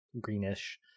greenish